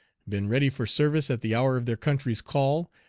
been ready for service at the hour of their country's call,